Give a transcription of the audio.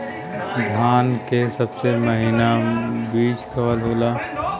धान के सबसे महीन बिज कवन होला?